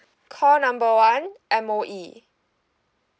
call number one M_O_E